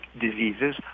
diseases